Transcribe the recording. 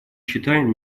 считаем